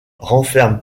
renferme